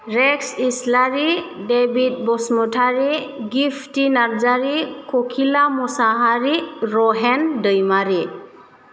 racks Islary Debit Basumatary Gifti Narzary Kokhila Mushahary Rahen Daimary